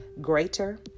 greater